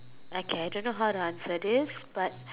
okay I don't know how to answer this but